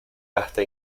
hasta